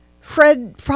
Fred